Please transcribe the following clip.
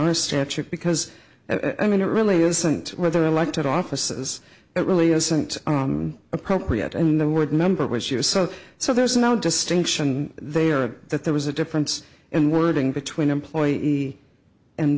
honest answer because i mean it really isn't whether elected offices really isn't appropriate and the word member which she was so so there's no distinction they are that there was a difference in wording between employee and